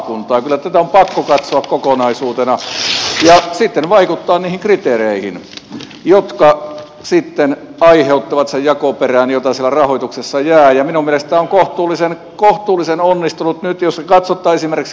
kyllä tätä on pakko katsoa kokonaisuutena ja sitten vaikuttaa niihin kriteereihin jotka sitten ai heuttavat sen jakoperän jota siellä rahoituksessa jää ja minun mielestäni tämä on kohtuullisen onnistunut nyt jos nyt katsotaan esimerkiksi lapin lääniä